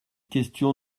question